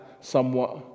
somewhat